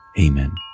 Amen